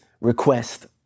request